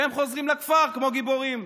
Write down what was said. והם חוזרים לכפר כמו גיבורים.